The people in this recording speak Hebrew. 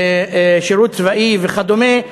שירות צבאי וכדומה,